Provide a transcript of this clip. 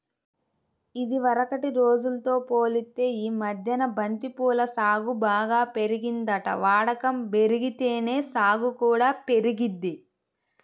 ఇదివరకటి రోజుల్తో పోలిత్తే యీ మద్దెన బంతి పూల సాగు బాగా పెరిగిందంట, వాడకం బెరిగితేనే సాగు కూడా పెరిగిద్ది